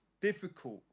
difficult